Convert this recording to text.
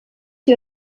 die